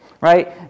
right